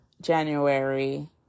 January